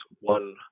one